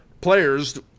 players